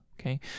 okay